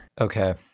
okay